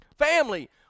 family